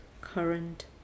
current